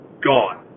gone